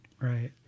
right